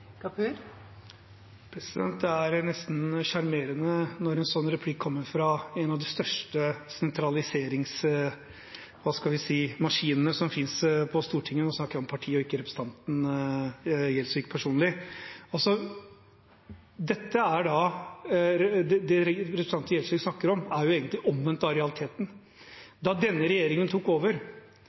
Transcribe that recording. Det er nesten sjarmerende når en sånn replikk kommer fra en av de største sentraliseringsmaskinene som finnes på Stortinget, nå snakker jeg om partiet, ikke om representanten Gjelsvik personlig. Det representanten Gjelsvik snakker om, er egentlig omvendt av realiteten. Da denne regjeringen tok over,